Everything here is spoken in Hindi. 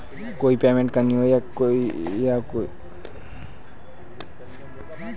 कोई पेमेंट करनी हो या पेमेंट रिसीव करनी हो तो आई.बी.ए.एन की आवश्यकता पड़ती है